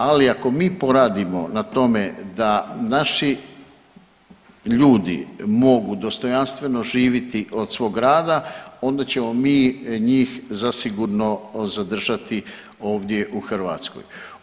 Ali ako mi poradimo na tome da naši ljudi mogu dostojanstveno živjeti od svog rada onda ćemo mi njih zasigurno zadržati ovdje u Hrvatskoj.